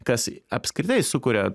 kas apskritai sukuria